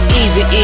easy